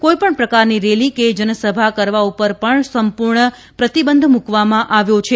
કોઈપણ પ્રકારની રેલી કે જનસભા કરવા ઉપર પણ સંપૂર્ણ પ્રતિબંધ મૂકવામાં આવ્યો છે